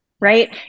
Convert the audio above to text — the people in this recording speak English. right